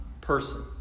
person